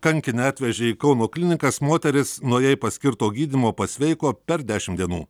kankinę atvežė į kauno klinikas moteris nuo jai paskirto gydymo pasveiko per dešimt dienų